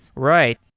right.